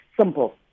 Simple